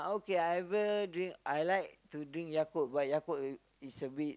okay I ever drink I like to drink Yakult but Yakult is is a bit